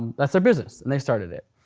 that's their business and they started it.